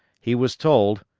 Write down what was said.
he was told,